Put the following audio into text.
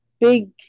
big